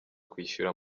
kwishyura